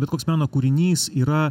bet koks meno kūrinys yra